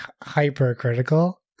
hypercritical